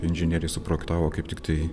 inžinieriai suprojektavo kaip tiktai